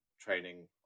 training